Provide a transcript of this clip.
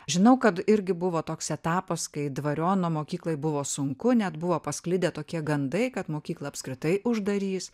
žinau kad irgi buvo toks etapas kai dvariono mokyklai buvo sunku net buvo pasklidę tokie gandai kad mokyklą apskritai uždarys